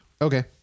Okay